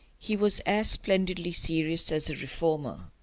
he was as splendidly serious as a reformer.